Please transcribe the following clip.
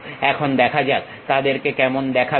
এখন দেখা যাক তাদেরকে কেমন দেখাবে